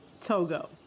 Togo